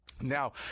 Now